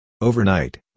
Overnight